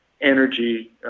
energy